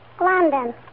London